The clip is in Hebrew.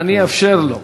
אני אאפשר לו,